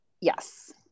yes